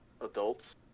Adults